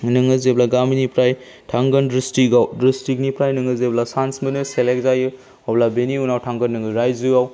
नोङो जेब्ला गामिनिफ्राय थांगोन डिस्ट्रिक्टआव डिस्ट्रिक्टनिफ्राय नोङो जेब्ला चान्स मोनो सेलेक्ट जायो अब्ला बेनि उनाव थांगोन नोङो रायजोआव